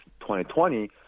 2020